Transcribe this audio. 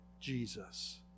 Jesus